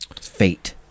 Fate